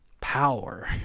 power